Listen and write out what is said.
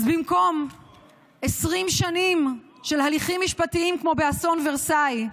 אז במקום 20 שנה של הליכים משפטיים כמו באסון ורסאי,